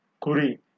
Kuri